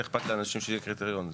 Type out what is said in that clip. לאנשים שיהיה קריטריון?